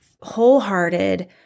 wholehearted